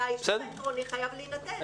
האישור העקרוני חייב להינתן,